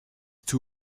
too